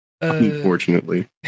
unfortunately